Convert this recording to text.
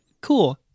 cool